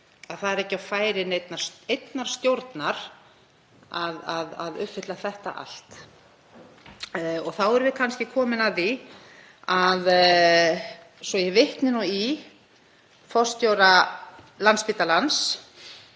að það er ekki á færi einnar stjórnar að uppfylla þetta allt. Þá erum við kannski komin að því að ég vitni í forstjóra Landspítalans